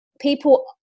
people